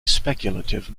speculative